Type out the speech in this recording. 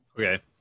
Okay